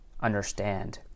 understand